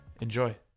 Enjoy